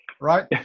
Right